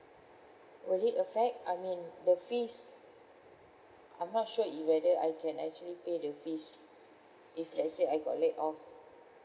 will it affect I mean the fees I'm not sure if whether I can actually pay the fees if let's say I got laid off